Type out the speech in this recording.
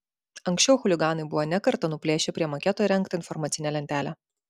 anksčiau chuliganai buvo ne kartą nuplėšę prie maketo įrengtą informacinę lentelę